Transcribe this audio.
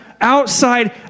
outside